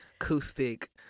acoustic